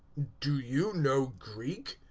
do you know greek?